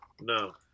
No